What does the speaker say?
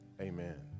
Amen